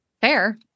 Fair